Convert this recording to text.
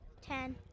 Ten